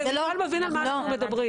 זה כדי להבין על מה אנחנו מדברים.